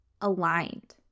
aligned